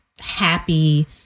happy